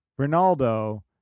Ronaldo